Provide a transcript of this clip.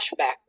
Flashback